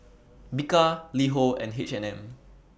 Bika LiHo and H and M